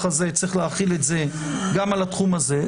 הזה צריך להחיל את זה גם על התחום הזה,